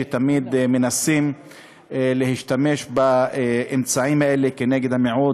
שתמיד מנסים להשתמש באמצעים האלה נגד המיעוט